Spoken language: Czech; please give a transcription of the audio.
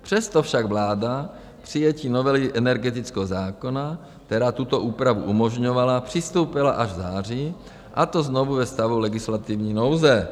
Přesto však vláda k přijetí novely energetického zákona, která tuto úpravu umožňovala, přistoupila až v září, a to znovu ve stavu legislativní nouze.